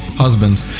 husband